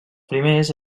primers